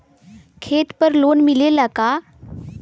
खेत पर लोन मिलेला का?